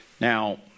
Now